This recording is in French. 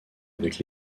avec